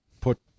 put